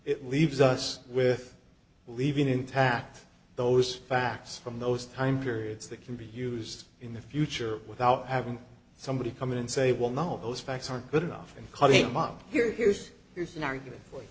it leaves us with leaving intact those facts from those time periods that can be used in the future without having somebody come in and say well no those facts aren't good enough and coming up here here's here's an argument